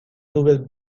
nubes